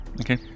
Okay